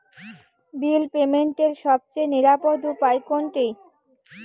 বিল পেমেন্টের সবচেয়ে নিরাপদ উপায় কোনটি?